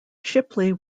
shipley